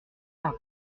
tardy